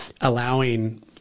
allowing